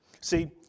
See